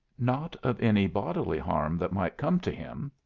not of any bodily harm that might come to him,